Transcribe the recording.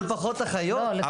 אבל פחות אחיות?